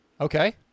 Okay